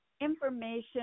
information